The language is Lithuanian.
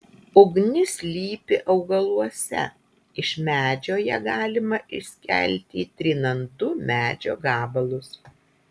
ugnis slypi augaluose iš medžio ją galima išskelti trinant du medžio gabalus